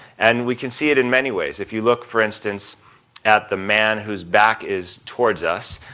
and we can see it in many ways. if you look, for instance at the man whose back is towards us,